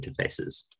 interfaces